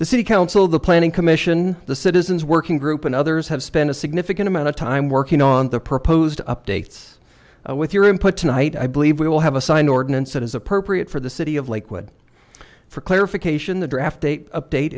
the city council the planning commission the citizens working group and others have spent a significant amount of time working on the proposed updates with your input tonight i believe we will have a sign ordinance that is appropriate for the city of lakewood for clarification the draft date update